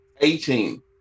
Eighteen